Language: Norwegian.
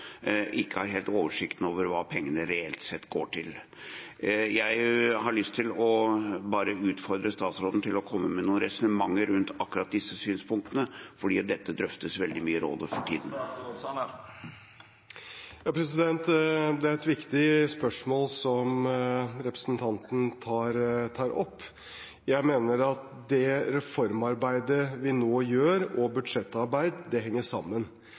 har jeg ikke helt oversikt over hva pengene reelt sett går til. Jeg har lyst til å utfordre statsråden til å komme med noen resonnementer rundt akkurat disse synspunktene, for dette drøftes veldig mye i Rådet for tiden. Det er et viktig spørsmål representanten tar opp. Jeg mener at det reformarbeidet vi nå gjør, og budsjettarbeid, henger sammen.